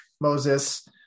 Moses